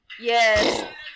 Yes